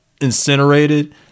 incinerated